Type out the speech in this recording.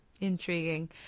Intriguing